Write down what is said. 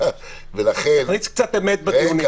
תכניס קצת אמת בדיונים.